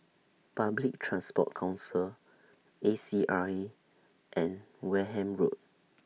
Public Transport Council A C R A and Wareham Road